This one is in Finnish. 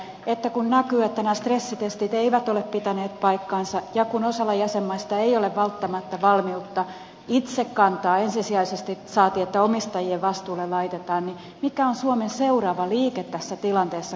kun näkyy että nämä stressitestit eivät ole pitäneet paikkaansa ja kun osalla jäsenmaista ei ole välttämättä valmiutta itse kantaa ensisijaisesti saati että omistajien vastuulle laitetaan niin mikä on suomen seuraava liike tässä tilanteessa